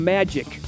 Magic